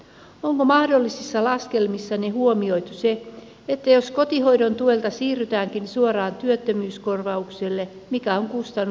onko mahdollisissa laskelmissanne huomioitu se jos kotihoidon tuelta siirrytäänkin suoraan työttömyyskorvaukselle mikä on kustannus valtiolle